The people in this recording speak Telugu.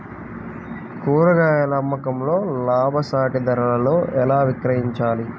కూరగాయాల అమ్మకంలో లాభసాటి ధరలలో ఎలా విక్రయించాలి?